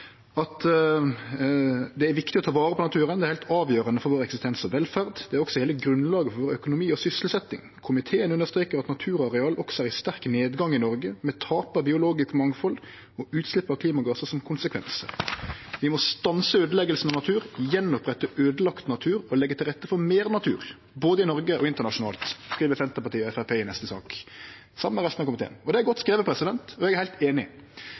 at det er viktig å ta vare på naturen. Det er «helt avgjørende for vår eksistens og velferd. Det er også hele grunnlaget for vår økonomi og sysselsetting. Komiteen understreker at naturareal også er i sterk nedgang i Norge, med tap av biologisk mangfold og utslipp av klimagasser som konsekvenser. Vi må stanse ødeleggelsen av natur, gjenopprette ødelagt natur og legge til rette for mer natur, både i Norge og internasjonalt.» Det skriv Senterpartiet og Framstegspartiet i neste sak, saman med resten av komiteen. Det er godt skrive, og eg er heilt